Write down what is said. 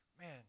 Man